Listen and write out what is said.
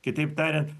kitaip tariant